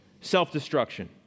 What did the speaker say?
self-destruction